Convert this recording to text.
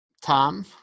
Tom